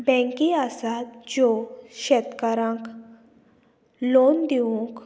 बँकी आसात ज्यो शेतकारांक लोन दिवंक